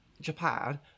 japan